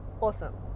Awesome